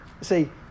see